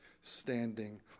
standing